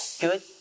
Good